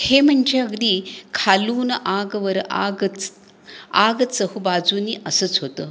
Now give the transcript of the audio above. हे म्हणजे अगदी खालून आगवर आगच आग चहूबाजूनी असंच होतं